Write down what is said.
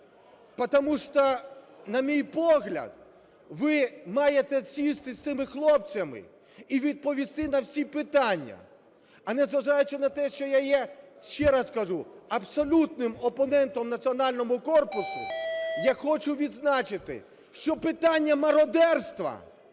потому что, на мій погляд, ви маєте сісти з цими хлопцями і відповісти на всі питання. А незважаючи на те, що я є, ще раз кажу, абсолютним опонентом "Національному корпусу", я хочу відзначити, що питання мародерства,